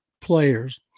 players